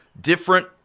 different